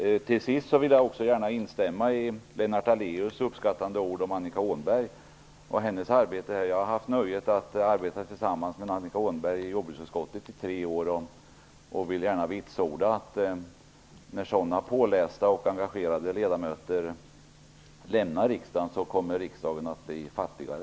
Till sist vill jag gärna instämma i Lennart Daléus uppskattande ord om Annika Åhnberg och hennes arbete här. Jag har haft nöjet att arbeta tillsammans med Annika Åhnberg i jordbruksutskottet i tre år. Jag vill gärna vitsorda att när pålästa och engagerade ledamöter lämnar riksdagen kommer riksdagen att bli fattigare.